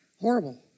Horrible